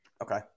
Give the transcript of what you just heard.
Okay